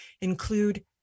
include